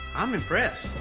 i'm impressed.